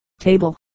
Table